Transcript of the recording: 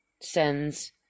sends